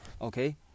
Okay